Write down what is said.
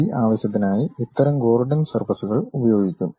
ഈ ആവശ്യത്തിനായി ഇത്തരം ഗോർഡൻ സർഫസ്കൾ ഉപയോഗിക്കും